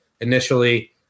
initially